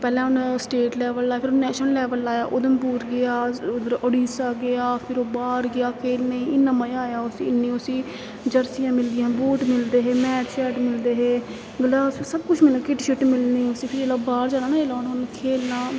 पैह्ले उन्नै state level लाया फिर नेशनल लेवल लाया उधमपुर गेआ उद्धर उड़ीसा गेआ फिर ओह् बाह्र गेआ खेलने ई इन्ना मज़ा आया उसी इन्नी उसी जर्सियां मिलदियां हियां बूट मिलदे हे मैट शैट मिलदे हे मतलब सब कुछ मिलना किट शिट मिलनी उसी फ्ही ओह् जेल्लै बाह्र जाना नी उन्नै जे खेलना